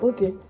Okay